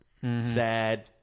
sad